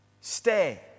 stay